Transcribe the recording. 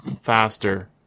faster